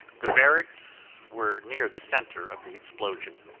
the barracks were near the center of the explosion.